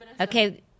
Okay